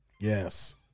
Yes